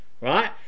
right